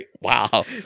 wow